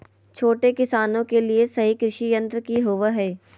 छोटे किसानों के लिए सही कृषि यंत्र कि होवय हैय?